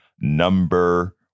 number